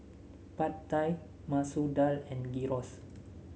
Pad Thai Masoor Dal and Gyros